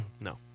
No